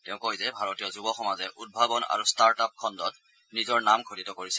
তেওঁ কয় যে ভাৰতীয় যুৱসমাজে উদ্ভাৱন আৰু ষ্টাৰ্টআপ খণ্ডত নিজৰ নাম খোদিত কৰিছে